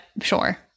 sure